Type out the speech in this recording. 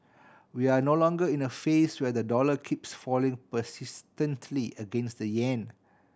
we're no longer in a phase where the dollar keeps falling persistently against the yen